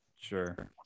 sure